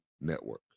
Network